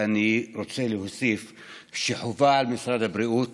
אני רוצה להוסיף שחובה על משרד הבריאות